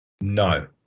no